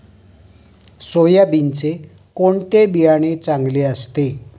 सोयाबीनचे कोणते बियाणे चांगले असते?